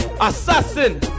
Assassin